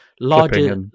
Larger